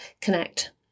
connect